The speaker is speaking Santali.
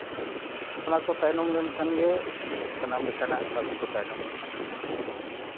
ᱚᱱᱟ ᱠᱚ ᱛᱟᱭᱱᱚᱢ ᱞᱮᱱᱠᱷᱟᱱᱜᱮ ᱥᱟᱱᱟᱢ ᱞᱮᱠᱟᱱᱟᱜ ᱠᱟᱹᱢᱤ ᱠᱚ ᱛᱟᱭᱱᱚᱢᱚᱜ ᱠᱟᱱᱟ ᱟᱫᱚ